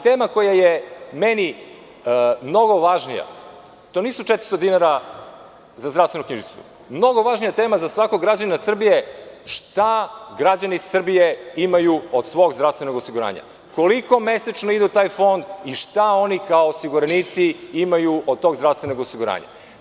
Tema koja je meni mnogo važnija nije 400 dinara za zdravstvenu knjižicu, mnogo važnija tema za svakog građanina Srbije je šta građani Srbije imaju od svog zdravstvenog osiguranja, koliko mesečno ide u taj Fond i šta oni kao osiguranici imaju od tog zdravstvenog osiguranja?